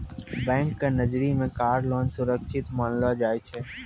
bank के नजरी मे कार लोन सुरक्षित मानलो जाय छै